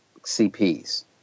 CPs